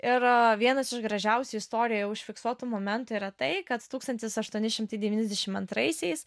ir vienas iš gražiausių istorijoje užfiksuotų momentų yra tai kad tūkstantis aštuoni šimtai devyniasdešim antraisiais